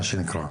מה שנקרא,